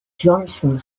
johnson